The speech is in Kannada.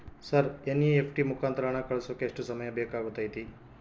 ಸರ್ ಎನ್.ಇ.ಎಫ್.ಟಿ ಮುಖಾಂತರ ಹಣ ಕಳಿಸೋಕೆ ಎಷ್ಟು ಸಮಯ ಬೇಕಾಗುತೈತಿ?